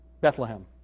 Bethlehem